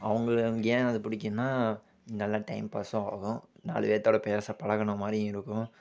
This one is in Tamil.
அவங்கள ஏன் அது பிடிக்குன்னா நல்ல டைம் பாஸும் ஆகும் நாலு பேர்த்தோடு பேச பழகுன மாதிரியும் இருக்கும்